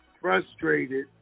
frustrated